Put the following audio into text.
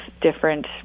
different